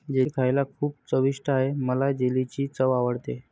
jelly खायला खूप चविष्ट आहे मला जेलीची चव आवडते